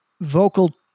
vocal